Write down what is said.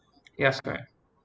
yes correct